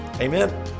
Amen